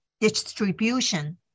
distribution